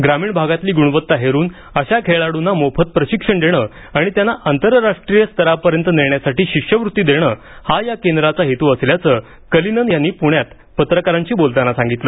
ग्रामीण भागातली गुणवत्ता हेरून अशा खेळाडूंना मोफत प्रशिक्षण देणं आणि त्यांना आंतरराष्ट्रीय स्तरापर्यंत नेण्यासाठी शिष्यव्त्ती देणं हा या केंद्राचा हेतू असल्याचं कलिनन यांनी आज प्ण्यात पत्रकारांशी बोलताना सांगितलं